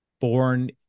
born